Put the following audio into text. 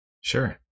Sure